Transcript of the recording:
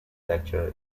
lecturer